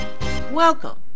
Welcome